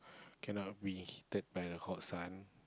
cannot we take by the hot sun